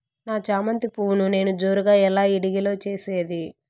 నా చామంతి పువ్వును నేను జోరుగా ఎలా ఇడిగే లో చేసేది?